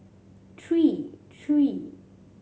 three three